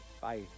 Bye